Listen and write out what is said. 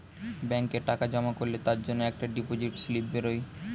ব্যাংকে টাকা জমা করলে তার জন্যে একটা ডিপোজিট স্লিপ বেরোয়